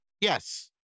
Yes